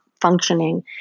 functioning